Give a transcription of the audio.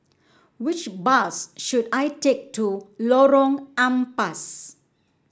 which bus should I take to Lorong Ampas